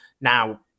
Now